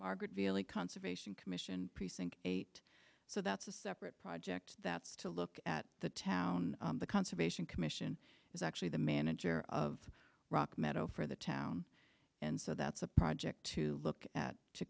margaret dealey conservation commission precinct eight so that's a separate project that's to look at the town the conservation commission is actually the manager of rock meadow for the town and so that's a project to look at to